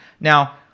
Now